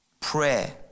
prayer